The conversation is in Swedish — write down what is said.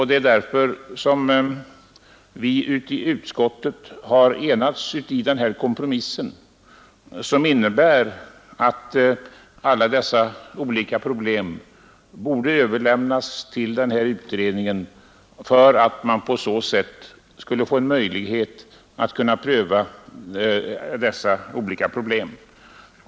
Det är därför som vi i utskottet har enats om denna kompromiss, som innebär att alla dessa olika problem borde överlämnas till denna utredning för att man på så sätt skall få en möjlighet att pröva dem.